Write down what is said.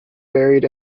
buried